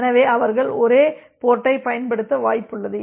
எனவே அவர்கள் ஒரே போர்ட்டைப் பயன்படுத்த வாய்ப்புள்ளது